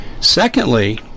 Secondly